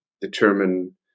determine